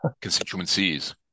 constituencies